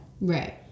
Right